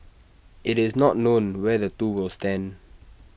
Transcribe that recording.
IT is not known where the two will stand